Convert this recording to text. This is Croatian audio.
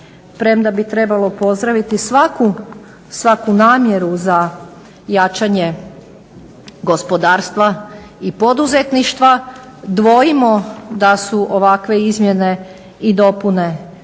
premda bi trebalo pozdraviti svaku namjeru za jačanje gospodarstva i poduzetništva dvojimo da su ovakve izmjene i dopune ovoga